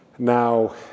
Now